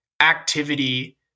activity